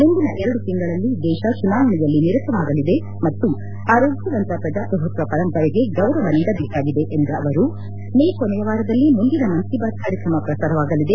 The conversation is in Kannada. ಮುಂದಿನ ಎರಡು ತಿಂಗಳಲ್ಲಿ ದೇಶ ಚುನಾವಣೆಯಲ್ಲಿ ನಿರತವಾಗಲಿದೆ ಮತ್ತು ಆರೋಗ್ಯವಂತ ಪ್ರಜಾಪ್ರಭುತ್ಸ ಪರಂಪರೆಗೆ ಗೌರವ ನೀಡಬೇಕಾಗಿದೆ ಎಂದ ಅವರು ಮೇ ಕೊನೆಯ ವಾರದಲ್ಲಿ ಮುಂದಿನ ಮನ್ ಕಿ ಬಾತ್ ಕಾರ್ಯಕ್ರಮ ಪ್ರಸಾರವಾಗಲಿದೆ